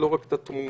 לא רק את התמונות.